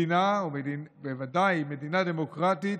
מדינה, ובוודאי מדינה דמוקרטית,